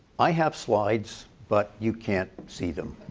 i have slides but you can't see them.